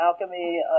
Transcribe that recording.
alchemy